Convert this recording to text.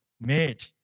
made